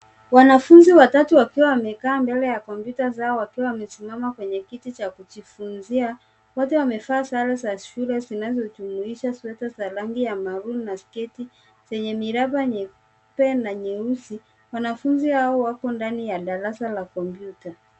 Wanafunzi watatu wakiwa wamekaa mbele ya kompyuta zao wakiwa wamesimama kwenye kiti cha kujifunzia ,wote wamevaa sare za shule zinazojumuisha sweta za rangi ya maroon na sketi zenye miraba nyeupe na nyeusi .Wanafunzi hao wako ndani ya darsa la kompyuta.